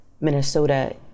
Minnesota